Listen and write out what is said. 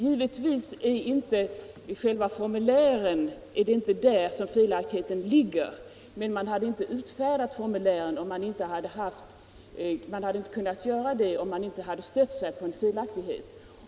Det är inte i själva formulären som felaktigheten ligger. Men man hade inte kunnat utfärda formulären om man inte hade haft en felaktighet att stödja sig på.